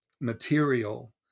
material